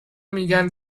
میگن